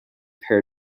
hair